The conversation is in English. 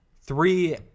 three